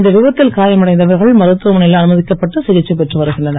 இந்த விபத்தில் காயமடைந்தவர்கள் மருத்துவமளையில் அனுமதிக்கப்பட்டு சிகிச்சை பெற்று வருகின்றனர்